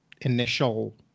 initial